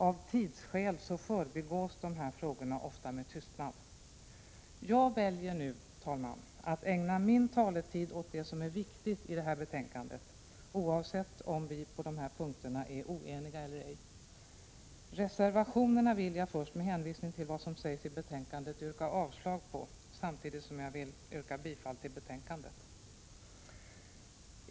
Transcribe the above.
Av tidsskäl förbigås dessa frågor ofta med tystnad. Jag väljer nu, herr talman, att ägna min taletid åt det som är viktigt i det här betänkandet, oavsett om vi på dessa punkter är oeniga eller ej. Reservationerna vill jag först, med hänvisning till vad som sägs i betänkandet, yrka avslag på, samtidigt som jag vill yrka bifall till utskottets hemställan.